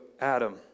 Adam